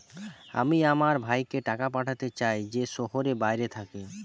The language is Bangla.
আমি আমার ভাইকে টাকা পাঠাতে চাই যে শহরের বাইরে থাকে